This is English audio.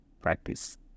practice